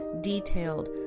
detailed